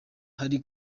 ari